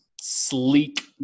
sleek